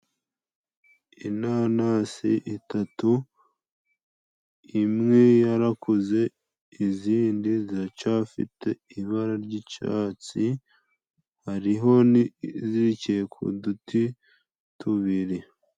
Inanasi itatu imwe yarakuze izindi ziracafite ibara ry'icatsi hariho nizirikiye ku duti tubiri.